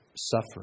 suffering